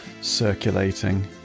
circulating